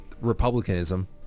republicanism